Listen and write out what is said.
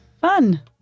fun